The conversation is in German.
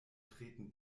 treten